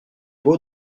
beau